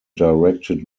directed